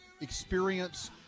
experience